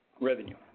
revenue